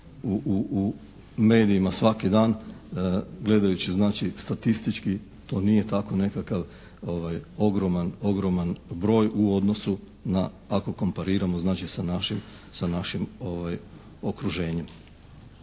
u medijima svaki dan gledajući znači statistički to nije tako nekakav ogroman broj u odnosu na ako kompariramo znači sa našim okruženjem.